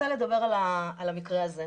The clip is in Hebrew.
אני רוצה לדבר על המקרה הזה.